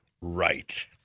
right